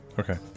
Okay